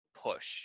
push